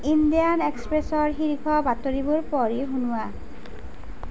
Indian এক্সপ্ৰেছৰ শীৰ্ষ বাতৰিবোৰ পঢ়ি শুনোৱা